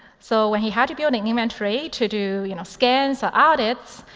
so when he had to build an inventory to do you know scans or audits,